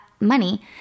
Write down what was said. money